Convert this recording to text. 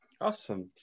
Awesome